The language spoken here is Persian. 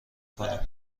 کنم